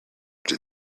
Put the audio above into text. did